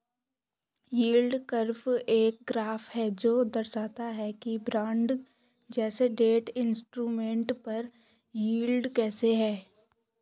yield curve एक graph है जो दर्शाता है कि बॉन्ड जैसे डेट इंस्ट्रूमेंट पर यील्ड कैसे है